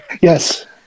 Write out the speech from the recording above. Yes